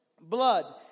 blood